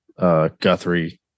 Guthrie